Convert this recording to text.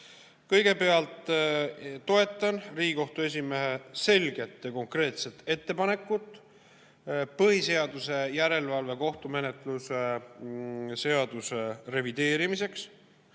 Kõigepealt toetan Riigikohtu esimehe selget ja konkreetset ettepanekut põhiseaduslikkuse järelevalve kohtumenetluse seaduse revideerimiseks.